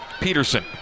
Peterson